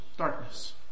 darkness